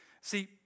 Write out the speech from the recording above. See